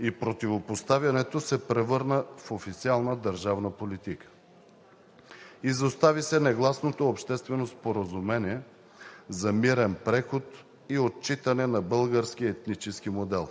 и противопоставянето се превърна в официална държавна политика. Изостави се негласното обществено споразумение за мирен преход и отчитане на българския етнически модел.